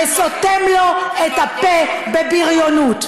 וסותם לו את הפה בבריונות.